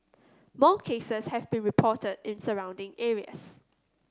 more cases have been reported in surrounding areas